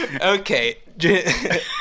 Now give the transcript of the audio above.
Okay